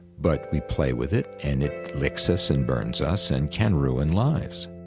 but we play with it and it licks us and burns us and can ruin lives